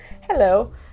Hello